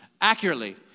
accurately